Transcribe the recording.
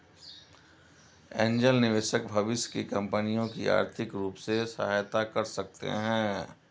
angel निवेशक भविष्य की कंपनियों की आर्थिक रूप से सहायता कर सकते हैं